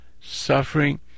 suffering